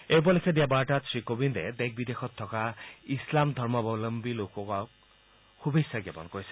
এই উপলক্ষে দিয়া বাৰ্তাত শ্ৰীকোবিন্দে দেশ বিদেশত থকা ইছলাম ধৰ্মাৱলন্বী লোকক শুভেচ্ছা জ্ঞাপন কৰিছে